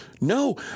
No